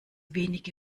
wenige